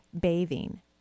bathing